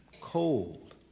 Cold